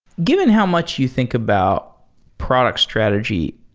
given how much you think about product strategy,